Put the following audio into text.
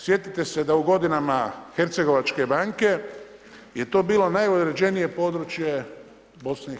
Sjetite se da u godinama Hercegovačke banke je to bilo najuređenije područje BIH.